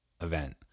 event